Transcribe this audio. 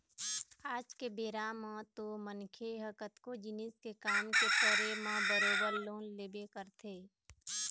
आज के बेरा म तो मनखे ह कतको जिनिस के काम के परे म बरोबर लोन लेबे करथे